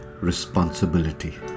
responsibility